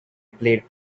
played